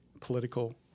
political